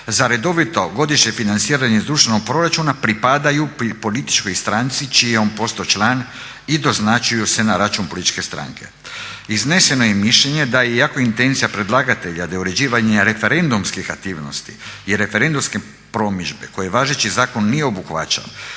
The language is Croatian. za redovito godišnje financiranje iz državnog proračuna pripadaju političkoj stranci čiji je on postao član i doznačio se na račun političke stranke. Izneseno je i mišljenje da i ako je intencija predlagatelja da je uređivanje referendumskih aktivnosti i referendumske promidžbe koje važeći zakon nije obuhvaćao